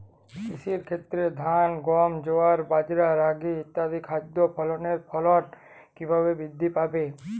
কৃষির ক্ষেত্রে ধান গম জোয়ার বাজরা রাগি ইত্যাদি খাদ্য ফসলের ফলন কীভাবে বৃদ্ধি পাবে?